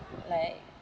like